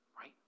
right